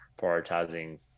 prioritizing